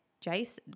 Jason